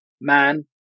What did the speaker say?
man